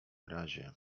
razie